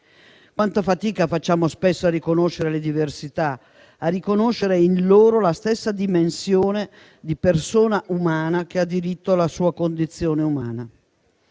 Quanta fatica facciamo spesso a riconoscere le diversità, a riconoscere in loro la stessa dimensione di persona umana che ha diritto alla sua condizione umana.